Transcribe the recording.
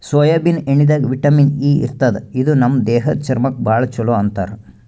soybean ಎಣ್ಣಿದಾಗ್ vitamin E ಇರ್ತದ್ ಇದು ನಮ್ ದೇಹದ್ದ್ ಚರ್ಮಕ್ಕಾ ಭಾಳ್ ಛಲೋ ಅಂತಾರ್